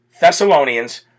Thessalonians